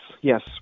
yes